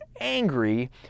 angry